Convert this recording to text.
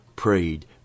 prayed